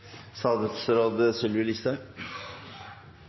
statsråd Sylvi